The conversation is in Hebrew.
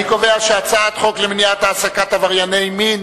ההצעה להעביר את הצעת חוק למניעת העסקה של עברייני מין